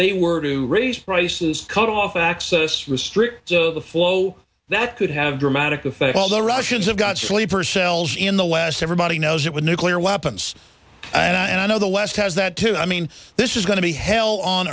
they were to raise prices cut off access restrict the flow that could have dramatic effect all the russians have got sleeper cells in the west everybody knows it with nuclear weapons and i know the west has that too i mean this is going to be hell on